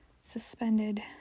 suspended